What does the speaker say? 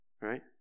right